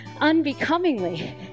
unbecomingly